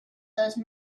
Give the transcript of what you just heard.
those